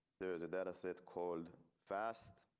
there is a data set called fast.